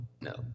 no